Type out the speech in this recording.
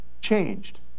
changed